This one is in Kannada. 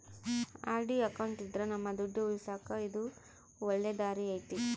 ಆರ್.ಡಿ ಅಕೌಂಟ್ ಇದ್ರ ನಮ್ ದುಡ್ಡು ಉಳಿಸಕ ಇದು ಒಳ್ಳೆ ದಾರಿ ಐತಿ